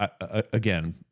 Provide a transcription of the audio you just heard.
Again